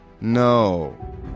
No